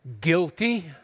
guilty